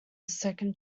second